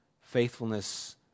Faithfulness